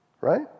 right